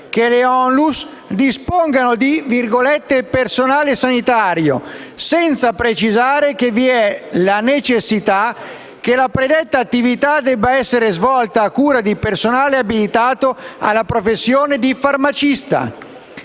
che le Onlus dispongano di "personale sanitario", senza precisare che vi è la necessità che la predetta attività debba essere svolta a cura di personale abilitato alla professione di farmacista».